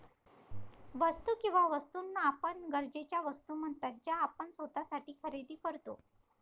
वस्तू किंवा वस्तूंना आपल्या गरजेच्या वस्तू म्हणतात ज्या आपण स्वतःसाठी खरेदी करतो